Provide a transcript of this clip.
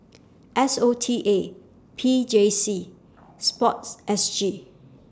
S O T A P J C Sport S G